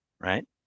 right